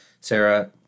Sarah